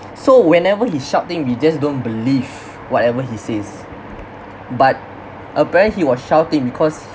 so whenever he's shouting we just don't believe whatever he says but apparently he was shouting because